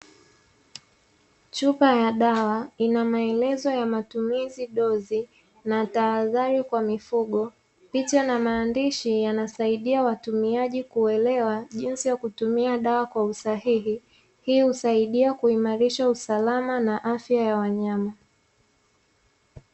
Chupa ya dawa ina maelezo ya matumizi dozi na tahadhari kwa mifugo picha na maandishi yanasaidia watumiaji kuelewa jinsi ya kutumia dawa kwa usahihi. Hii kuweza kuimarisha usalama na afya ya wanyama.